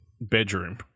bedroom